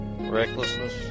Recklessness